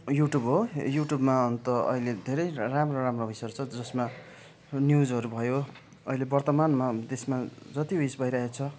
you tube हो युट्युबमा अन्त अहिले धेरै राम्रो राम्रो फिचर छ जसमा न्युजहरू भयो अहिले वर्तमानमा त्यसमा जति ऊ यस भइरहेछ